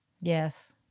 Yes